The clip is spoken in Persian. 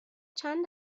چند